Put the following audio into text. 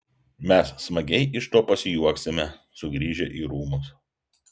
mes smagiai iš to pasijuoksime sugrįžę į rūmus